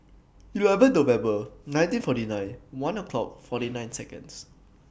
eleven November nineteen forty nine one o'clock forty nine Seconds